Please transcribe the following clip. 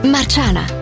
Marciana